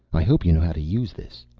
i hope you know how to use this.